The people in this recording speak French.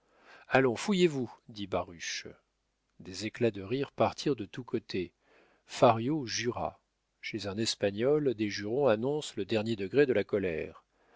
allons fouillez vous dit baruch des éclats de rire partirent de tous côtés fario jura chez un espagnol des jurons annoncent le dernier degré de la colère